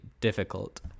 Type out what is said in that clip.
difficult